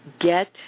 get